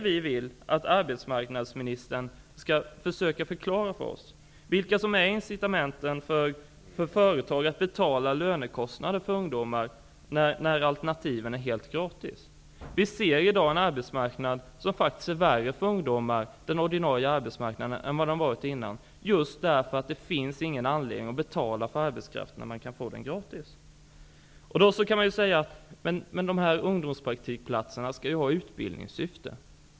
Vi vill att arbetsmarknadsministern skall försöka förklara för oss vilka incitamenten är för företagen att betala lönekostnader för ungdomar när alternativen är helt gratis. Vi ser i dag en ordinarie arbetsmarknad som faktiskt är värre för ungdomar än den varit tidigare, just för att det inte finns någon anledning att betala för arbetskraften om man kan få den gratis. Men, kan man då säga, ungdomspraktikplatserna skall vara i utbildningssyfte.